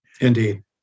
Indeed